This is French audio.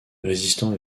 résistant